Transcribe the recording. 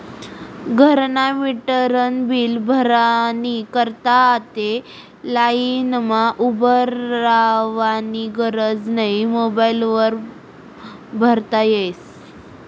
घरना मीटरनं बील भरानी करता आते लाईनमा उभं रावानी गरज नै मोबाईल वर भरता यस